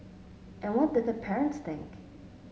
and what did their parents think